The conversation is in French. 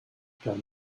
kahn